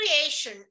creation